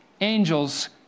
angels